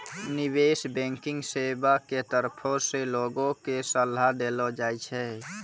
निबेश बैंकिग सेबा के तरफो से लोगो के सलाहो देलो जाय छै